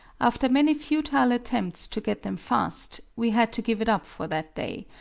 after many futile attempts to get them fast, we had to give it up for that day,